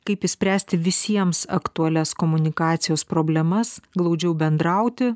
kaip išspręsti visiems aktualias komunikacijos problemas glaudžiau bendrauti